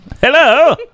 hello